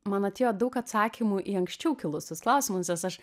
man atėjo daug atsakymų į anksčiau kilusius klausimus nes aš